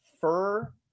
fur